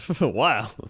Wow